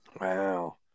Wow